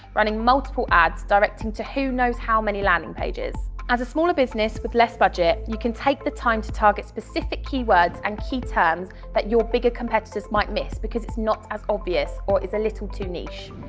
running multiple ads directing to who knows how many landing pages. as a smaller business, with less budget, you can take the time to target specific keywords and key terms that your bigger competitors might miss because it's not as obvious or is a little too niche.